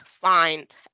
find